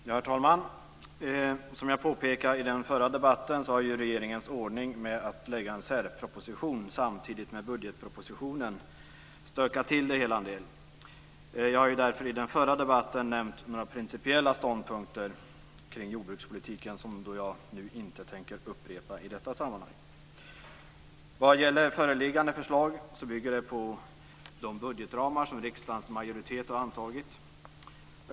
Herr talman! Som jag påpekade i den förra debatten har regeringens ordning med att lägga fram en särproposition samtidigt med budgetpropositionen stökat till det hela en del. Jag har därför i den förra debatten nämnt några principiella ståndpunkter kring jordbrukspolitiken som jag nu inte tänker upprepa. Vad gäller föreliggande förslag bygger det på de budgetramar som riksdagens majoritet har antagit.